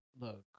Look